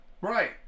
Right